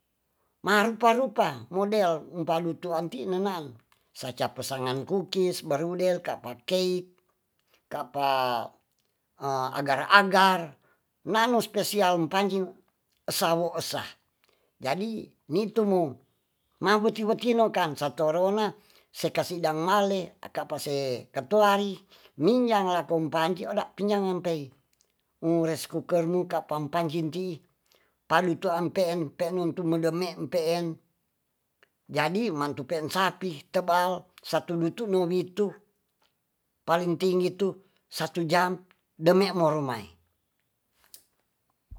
Marupa-rupa model umpadutu antinenang seca pasangankukis barudel kapakeit kapa agar-agar nanos spesial manju sawosa jadi nitunu nawetiwetino kansatoronan sekasedang male akapase katoari minyang lakompati oda pinyang pei reskukernu kapapanciti panutu ampean ampenutu mendeme empheng jadi matuensapi tebal satu dutu nobitu paling tinggi itu satu jam dememoromae.